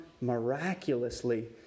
miraculously